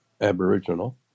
Aboriginal